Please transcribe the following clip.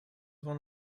one